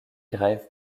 grève